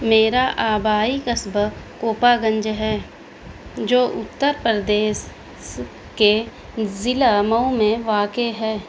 میرا آبائی قصبہ کوپا گنج ہے جو اتر پردیش کے ضلع مئو میں واقع ہے